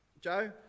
Joe